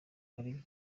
ari